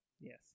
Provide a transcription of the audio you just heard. Yes